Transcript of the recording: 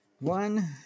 One